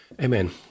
Amen